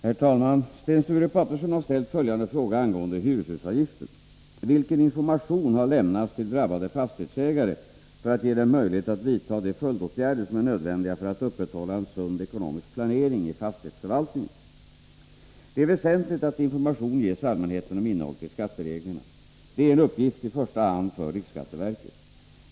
Herr talman! Sten Sture Paterson har ställt följande fråga angående hyreshusavgiften: Vilken information har lämnats till drabbade fastighetsägare för att ge dem möjlighet att vidta de följdåtgärder som är nödvändiga för att upprätthålla en sund ekonomisk planering i fastighetsförvaltningen? Det är väsentligt att information ges allmänheten om innehållet i skattereglerna. Detta är en uppgift i första hand för riksskatteverket.